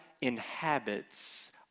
inhabits